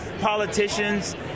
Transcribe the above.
politicians